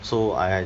so I I